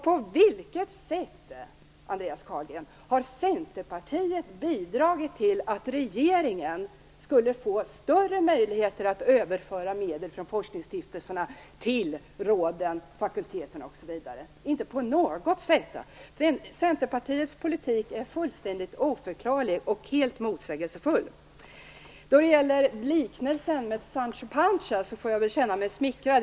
På vilket sätt, Andreas Carlgren, har Centerpartiet bidragit till att regeringen skulle få större möjligheter att överföra medel från forskningsstiftelserna till råden, fakulteterna osv.? Inte på något sätt! Centerpartiets politik är fullständigt oförklarlig och helt motsägelsefull. Liknelsen med Sancho Panza får jag väl känna mig smickrad av.